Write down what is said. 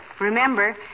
Remember